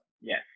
Yes